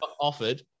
offered